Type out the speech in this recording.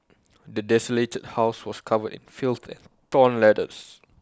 the desolated house was covered in filth and torn letters